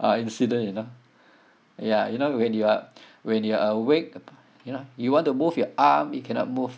uh incident you know ya you know when you are when you're awake you know you want to move your arm you cannot move